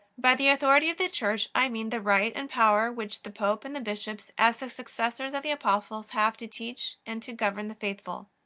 by the authority of the church i mean the right and power which the pope and the bishops, as the successors of the apostles, have to teach and to govern the faithful.